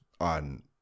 on